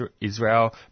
Israel